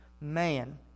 man